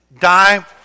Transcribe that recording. die